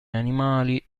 animali